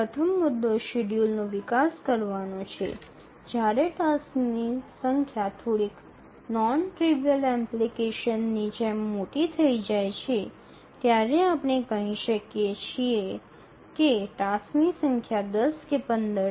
પ્રથમ મુદ્દો શેડ્યૂલનો વિકાસ કરવાનો છે જ્યારે ટાસક્સની સંખ્યા થોડીક નોન ટ્રીવિઅલ એપ્લિકેશનની જેમ મોટી થઈ જાય છે જ્યાં આપણે કહી શકીએ કે ટાસક્સની સંખ્યા ૧0 કે ૧૫ છે